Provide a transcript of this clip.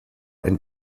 ein